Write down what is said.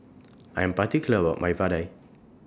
I Am particular about My Vadai